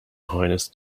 highness